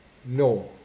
no